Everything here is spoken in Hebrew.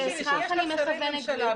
לכך אני מכוונת גברתי.